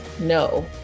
no